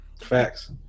Facts